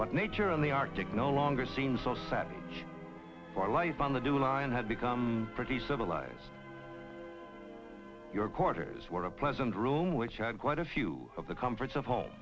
but nature in the arctic no longer seems so set for life on the dew line had become pretty civilized your courters what a pleasant room which had quite a few of the comforts of home